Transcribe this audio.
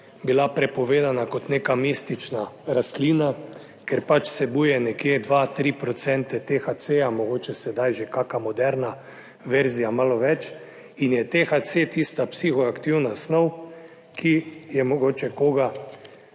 bila prepovedana kot neka mistična rastlina, ker pač vsebuje nekje 2, 3 procente THC, mogoče sedaj že kakšna moderna verzija malo več in je THC tista psihoaktivna snov, ki je mogoče koga